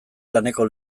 laneko